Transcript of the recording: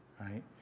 right